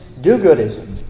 do-goodism